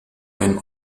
ein